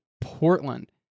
Portland